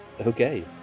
Okay